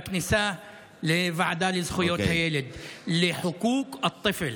לתקן את השלט בכניסה לוועדה לזכויות הילד לחוקוק א-טפל,